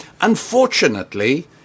Unfortunately